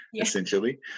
essentially